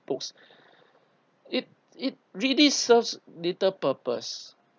books it it really serves little purpose